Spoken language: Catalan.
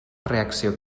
reacció